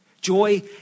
Joy